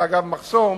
אגב, זה מחסום